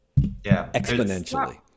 exponentially